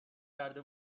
کرده